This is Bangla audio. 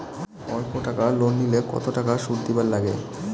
অল্প টাকা লোন নিলে কতো টাকা শুধ দিবার লাগে?